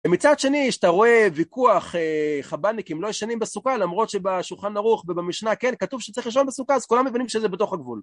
ומצד שני שאתה רואה ויכוח חבדניקים לא ישנים בסוכה למרות שבשולחן ערוך ובמשנה כן כתוב שצריך לישון בסוכה אז כולם מבינים שזה בתוך הגבול